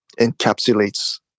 encapsulates